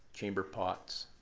chamber pots,